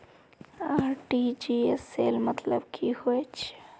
RTGS सेल मतलब की होचए?